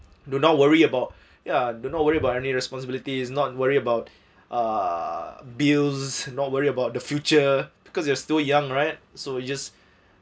do not worry about ya do not worry about any responsibility is not worry about uh bills not worry about the future because you are still young right so you just